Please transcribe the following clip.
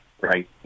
right